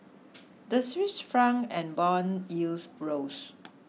the Swiss franc and bond yields rose